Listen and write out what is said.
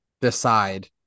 decide